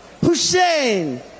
Hussein